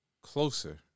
closer